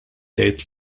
tgħid